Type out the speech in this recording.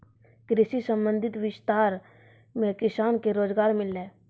कृषि संबंधी विस्तार मे किसान के रोजगार मिल्लै